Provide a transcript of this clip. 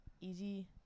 easy